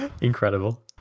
Incredible